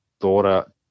daughter